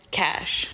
cash